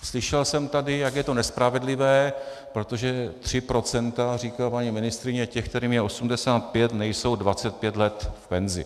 Slyšel jsem tady, jak je to nespravedlivé, protože 3 %, říká paní ministryně, je těch, kterým je 85, nejsou 25 let v penzi.